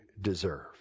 deserve